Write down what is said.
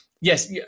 Yes